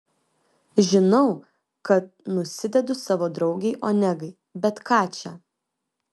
žinau kad nusidedu savo draugei onegai bet ką čia